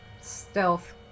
stealth